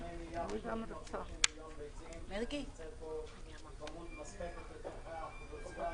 הכמות של 2 מיליארד ו-330 היא כמות מספקת לצרכי האוכלוסייה,